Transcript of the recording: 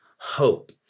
hope